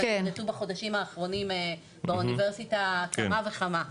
אבל לדעתי בחודשים האחרונים באוניברסיטה כמה וכמה,